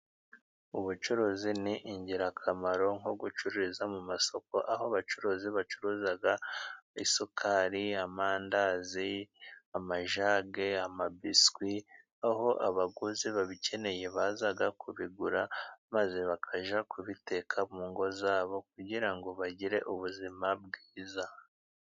Ubucuruzi ni ingirakamaro, nko gucururiza mu masoko aho abacuruzi bacuruza isukari, amandazi, amajage, amabiswi, aho abaguzi babikeneye baza kubigura, maze bakajya kubiteka mu ngo zabo kugira ngo bagire ubuzima bwiza.